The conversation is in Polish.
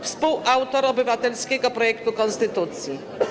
Współautor obywatelskiego projektu konstytucji.